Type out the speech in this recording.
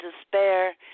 despair